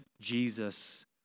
Jesus